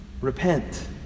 repent